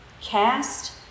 Cast